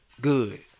Good